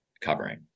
covering